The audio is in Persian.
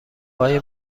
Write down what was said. های